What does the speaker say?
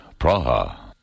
Praha